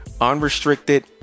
unrestricted